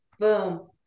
Boom